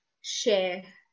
share